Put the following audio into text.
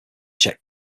czech